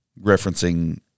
referencing